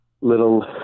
little